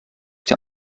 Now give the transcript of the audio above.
der